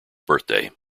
birthday